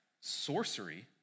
Sorcery